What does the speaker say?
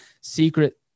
secret